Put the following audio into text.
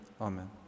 Amen